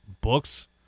books